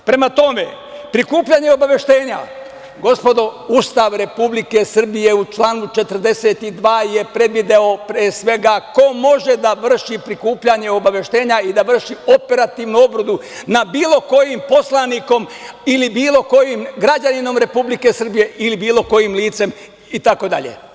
Prema tome, prikupljanje obaveštenja, gospodo, Ustav Republike Srbije u članu 42. je predvideo, pre svega, ko može da vrši prikupljanje obaveštenja i da vrši operativnu obradu nad bilo kojim poslanikom ili bilo kojim građaninom Republike Srbije ili bilo kojim licem itd.